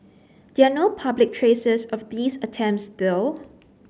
there're no public traces of these attempts though